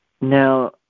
Now